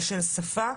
אלימות של שפה.